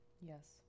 Yes